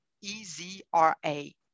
E-Z-R-A